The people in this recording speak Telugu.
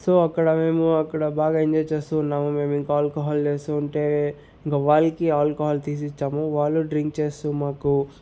సో అక్కడ మేము అక్కడ బాగా ఎంజాయ్ చేస్తూ ఉన్నాము మేమింక ఆల్కహాల్ చేస్తుంటే ఇంక వాళ్ళకి ఆల్కహాల్ తీసిచ్చాము వాళ్ళు డ్రింక్ చేస్తూ మాకు